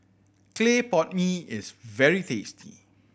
clay pot mee is very tasty